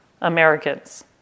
Americans